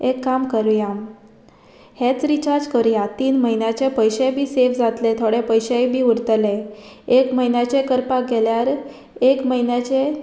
एक काम करुया हेंच रिचार्ज करुया तीन म्हयन्याचे पयशेय बी सेव जातले थोडे पयशेय बी उरतले एक म्हयन्याचे करपाक गेल्यार एक म्हयन्याचे